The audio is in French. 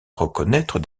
reconnaître